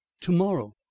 Tomorrow